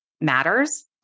matters